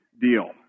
deal